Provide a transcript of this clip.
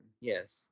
Yes